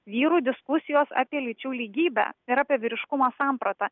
vyrų diskusijos apie lyčių lygybę ir apie vyriškumo sampratą